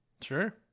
Sure